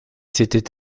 s’était